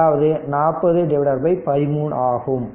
அதாவது இது 40 13 ஆகும்